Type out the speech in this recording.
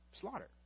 slaughter